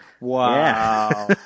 Wow